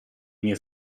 mie